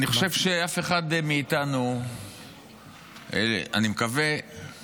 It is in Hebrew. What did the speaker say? אני מקווה שאף אחד מאיתנו לא נהנה